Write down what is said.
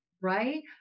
Right